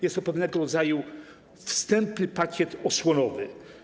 Jest to pewnego rodzaju wstępny pakiet osłonowy.